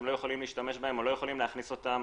לא יכולים להשתמש בהם או לא יכולים להכניס אותם